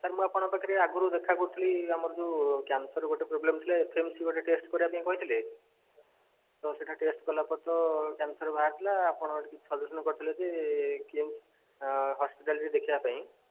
sir ମୁଁ ଆପଣଙ୍କ ପାଖରେ ଆଗରୁ ଦେଖା କରୁଥିଲି ଆମର ଯେଉଁ କ୍ୟାନ୍ସର ଗୋଟେ ପ୍ରୋବ୍ଲେମ୍ ଥିଲା ଏଫ୍ଏମ୍ସି ଗୋଟେ ଟେଷ୍ଟ କରିବା ପାଇଁ କହିଥିଲେ ତ ସେଇଟା ତ ଟେଷ୍ଟ କଲା ପରେ ତ କ୍ୟାନ୍ସର ବାହାରି ଥିଲା ଆପଣ ସଜେସନ୍ କରିଥିଲେ ଯେ କିମ୍ସ ହସ୍ପିଟାଲରେ ଦେଖେଇବା ପାଇଁ